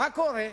מה קורה?